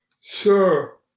Sure